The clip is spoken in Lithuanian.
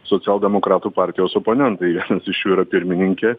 socialdemokratų partijos oponentai vienas iš jų yra pirmininkė